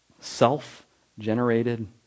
self-generated